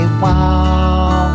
wow